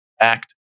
act